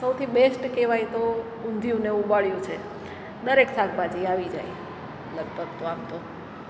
સૌથી બેસ્ટ કહેવાય તો ઊંધિયું ને ઉંબાડિયું છે દરેક શાકભાજી આવી જાય લગભગ તો આમ તો